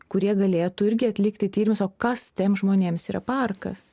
kurie galėtų irgi atlikti tyrimus o kas tiem žmonėms yra parkas